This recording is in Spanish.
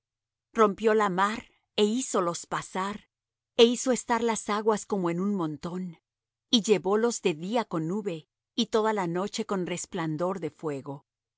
rompió la mar é hízolos pasar e hizo estar las aguas como en un montón y llevólos de día con nube y toda la noche con resplandor de fuego